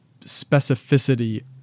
specificity